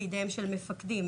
בידיהם של מפקדים,